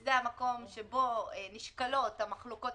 וזה המקום שבו נשקלות המחלוקות